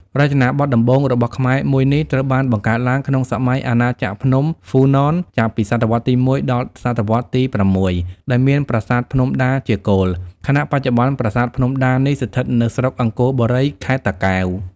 រចនាបថដំបូងរបស់ខ្មែរមួយនេះ ត្រូវបានបង្កើតឡើងក្នុងសម័យអាណាចក្រភ្នំ ហ្វ៊ូណន ចាប់ពីសតវត្សទី១ ដល់សតវត្សទី៦ ដោយមានប្រាសាទភ្នំដាជាគោល ខណៈបច្ចុប្បន្នប្រាសាទភ្នំដានេះស្ថិតនៅស្រុកអង្គរបុរី ខេត្តតាកែវ។